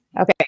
Okay